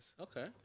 Okay